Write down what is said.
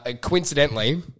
coincidentally